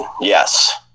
yes